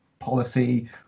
policy